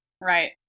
Right